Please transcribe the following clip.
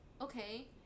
okay